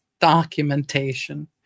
documentation